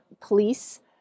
police